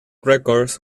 records